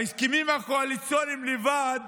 ההסכמים הקואליציוניים לבד